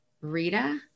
Rita